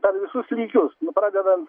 per visus lygius nu pradedant